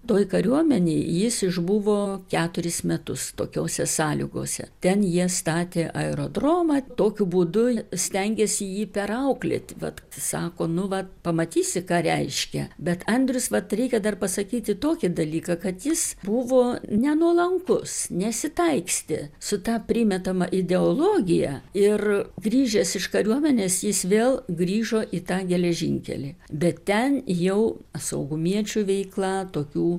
toj kariuomenėj jis išbuvo keturis metus tokiose sąlygose ten jie statė aerodromą tokiu būdu stengėsi jį perauklėt vat sako nu vat pamatysi ką reiškia bet andrius vat reikia dar pasakyti tokį dalyką kad jis buvo nenuolankus nesitaikstė su ta primetama ideologija ir grįžęs iš kariuomenės jis vėl grįžo į tą geležinkelį bet ten jau saugumiečių veikla tokių